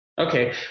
Okay